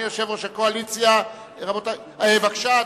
בבקשה,